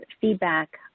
feedback